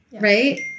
Right